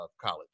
college